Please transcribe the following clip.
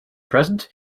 present